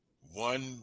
One